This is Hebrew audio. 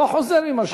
לא חוזר ממה שאמרתי.